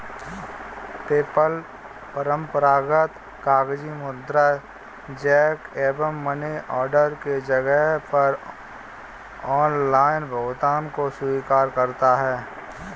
PayPal परंपरागत कागजी मुद्रा, चेक एवं मनी ऑर्डर के जगह पर ऑनलाइन भुगतान को स्वीकार करता है